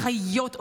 החיות,